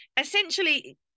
Essentially